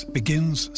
begins